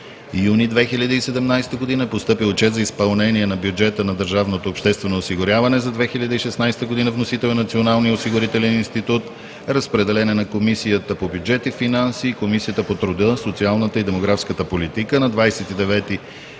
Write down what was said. юни 2017 г. е постъпил Отчет за изпълнение на бюджета на държавното обществено осигуряване за 2016 г. Вносител – Националният осигурителен институт. Разпределен е на Комисията по бюджет и финанси, Комисията по труда, социалната и демографската политика. На 29